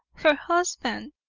her husband!